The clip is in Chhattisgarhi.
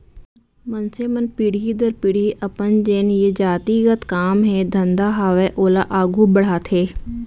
मनसे मन पीढ़ी दर पीढ़ी अपन जेन ये जाति गत काम हे धंधा हावय ओला आघू बड़हाथे